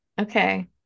okay